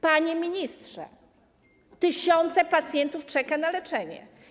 Panie ministrze, tysiące pacjentów czeka na leczenie.